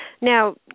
Now